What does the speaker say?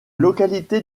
localité